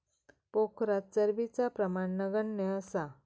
पोखरात चरबीचा प्रमाण नगण्य असा